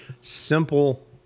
simple